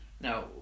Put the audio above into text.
Now